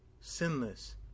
sinless